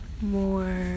more